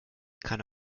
kanne